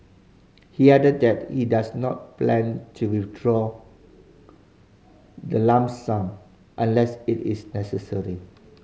he added that he does not plan to withdraw the lump sum unless it is necessary